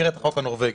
במסגרת החוק הנורווגי.